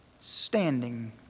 standing